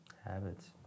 Habits